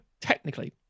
technically